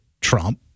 Trump